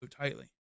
tightly